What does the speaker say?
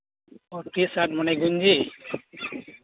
T shirt ᱢᱟᱱᱮ ᱜᱮᱧᱡᱤ